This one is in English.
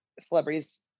celebrities